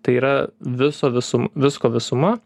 tai yra viso visum visko visuma